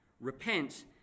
Repent